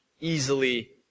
easily